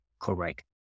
correct